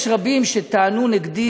יש רבים שטענו נגדי: